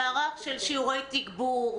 האם יהיה מערך של שיעורי תגבור,